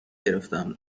گرفتم